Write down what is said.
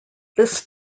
this